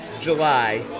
July